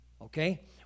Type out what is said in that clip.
okay